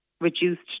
reduced